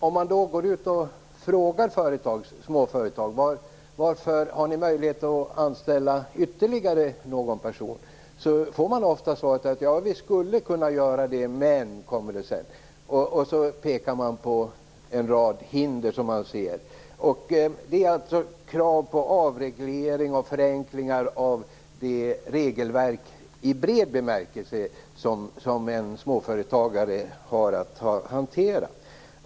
Om man frågar småföretag om de har möjlighet att anställa ytterligare någon person får man ofta svaret att de skulle kunna göra det om det inte fanns en rad hinder för det. Det handlar om krav på avreglering och förenklingar av det regelverk, i bred bemärkelse, som en småföretagare har att hantera.